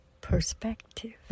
perspective